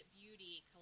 Beauty